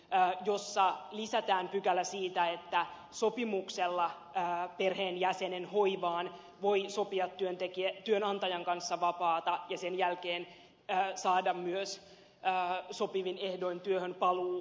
siinä lisätään pykälä siitä että sopimuksella perheenjäsenen hoivaan voi sopia työnantajan kanssa vapaata ja sen jälkeen saada myös sopivin ehdoin työhönpaluuoikeuden